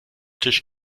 tisch